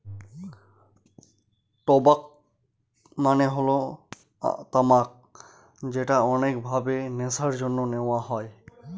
টবাক মানে হল তামাক যেটা অনেক ভাবে নেশার জন্যে নেওয়া হয়